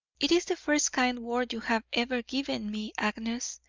it is the first kind word you have ever given me, agnes.